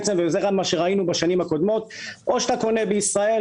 כפי שראינו בשנים קודמות: או שאתה קונה בישראל,